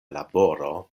laboro